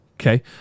Okay